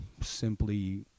simply